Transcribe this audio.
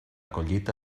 collita